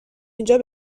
اینجا